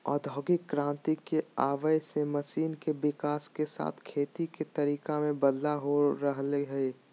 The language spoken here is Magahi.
औद्योगिक क्रांति के आवय से मशीन के विकाश के साथ खेती के तरीका मे बदलाव हो रहल हई